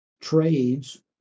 trades